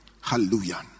Hallelujah